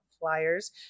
flyers